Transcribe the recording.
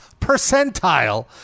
percentile